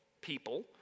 people